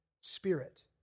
spirit